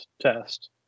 test